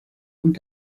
und